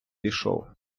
пішов